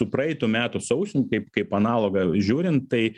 su praeitų metų sausiu kaip kaip analogą žiūrint tai